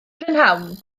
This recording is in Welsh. prynhawn